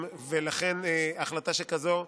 ולכן החלטה שכזאת מחייבת,